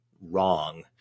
wrong